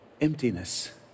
emptiness